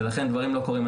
ולכן דברים לא קורים.